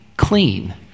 clean